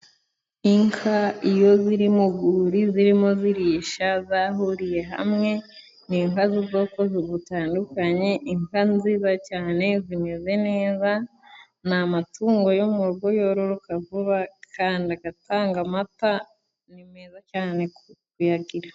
Inka iyo ziri mu guri zirimo zirisha zahuriye hamwe ni inka z'ubwoko butandukanye, inka nziza cyane zimeze neza, ni amatungo yo mu rugo yororoka vuba kandi agatanga amata, ni meza cyane kuyagira.